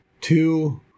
two